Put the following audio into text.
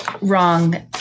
wrong